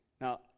Now